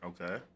Okay